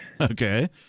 Okay